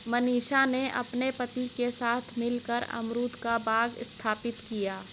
मनीषा ने अपने पति के साथ मिलकर अमरूद का बाग स्थापित किया